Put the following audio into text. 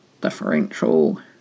differential